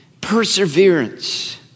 perseverance